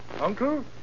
Uncle